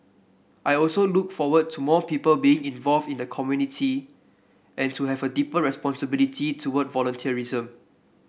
I also look forward to more people being involved in the community and to have a deeper responsibility towards volunteerism